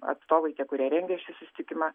atstovai tie kurie rengė šį susitikimą